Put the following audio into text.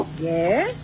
Yes